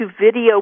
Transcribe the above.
video